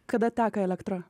kada teka elektra